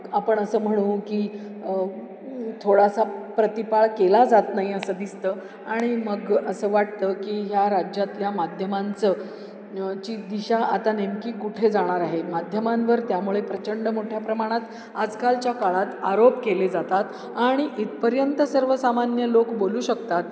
आपण असं म्हणू की थोडासा प्रतिपाळ केला जात नाही असं दिसतं आणि मग असं वाटतं की ह्या राज्यातल्या माध्यमांचं ची दिशा आता नेमकी कुठे जाणार आहे माध्यमांवर त्यामुळे प्रचंड मोठ्या प्रमाणात आजकालच्या काळात आरोप केले जातात आणि इथपर्यंत सर्वसामान्य लोक बोलू शकतात